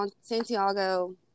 Santiago